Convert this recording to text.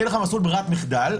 יהיה לך מסלול ברירת מחדל,